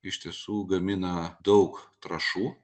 iš tiesų gamina daug trąšų